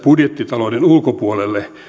budjettitalouden ulkopuolelle